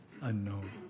unknown